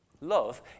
Love